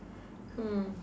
hmm